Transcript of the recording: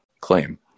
claim